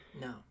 No